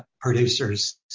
producers